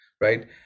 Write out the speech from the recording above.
right